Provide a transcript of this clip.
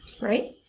right